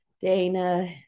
Dana